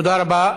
תודה רבה.